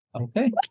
Okay